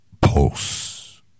Pulse